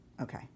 Okay